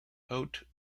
haute